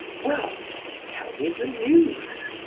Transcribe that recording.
well tell me the news.